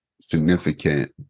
significant